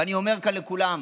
ואני אומר כאן לכולם: